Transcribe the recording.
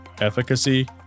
Efficacy